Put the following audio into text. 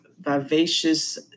vivacious